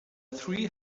three